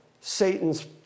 Satan's